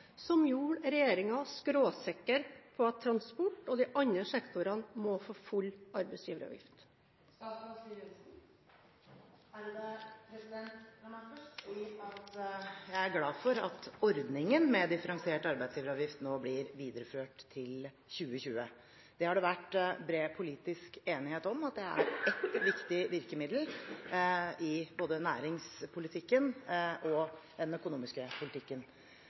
som gjorde regjeringen skråsikker på at transport og de andre sektorene må få full arbeidsgiveravgift? La meg først si at jeg er glad for at ordningen med differensiert arbeidsgiveravgift nå blir videreført til 2020. Det har vært bred politisk enighet om at det er ett viktig virkemiddel i både næringspolitikken og den økonomiske politikken.